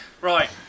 Right